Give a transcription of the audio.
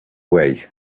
way